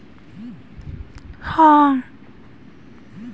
प्रार्थना पत्र को ट्रैक भी ग्राहक अपने मोबाइल से आसानी से कर सकता है